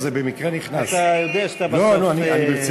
זה במקרה נכנס, ברצינות.